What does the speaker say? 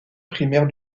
primaire